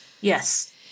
Yes